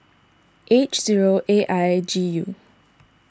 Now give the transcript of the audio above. H zero A I G U